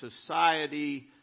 society